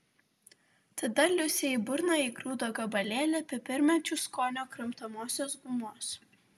tada liusei į burną įgrūdo gabalėlį pipirmėčių skonio kramtomosios gumos